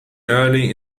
early